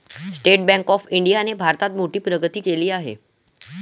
state bank of इंडियाने भारतात मोठी प्रगती केली आहे